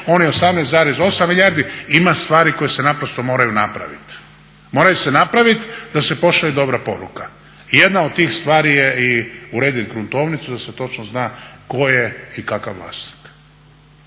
oni 18,8 milijardi ima stvari koje se naprosto moraju napraviti. Moraju se napraviti da se pošalje dobra poruka. I jedna od tih stvari je i urediti gruntovnicu da se točno zna tko je i kakav vlasnik.